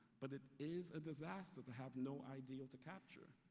but it is a disaster to have no ideal to capture.